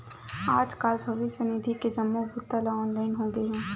आजकाल भविस्य निधि के जम्मो बूता ह ऑनलाईन होगे हे